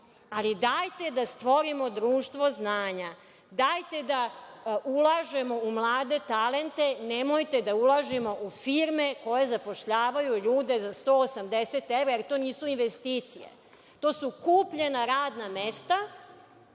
Dajte da stvorimo društvo znanja, dajte da ulažemo u mlade talente, nemojte da ulažemo u firme koje zapošljavaju ljude za 180 evra, jer to nisu investicije, to su kupljena radna mesta,